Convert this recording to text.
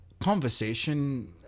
conversation